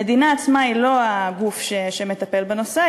המדינה עצמה היא לא הגוף שמטפל בנושא,